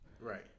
Right